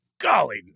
golly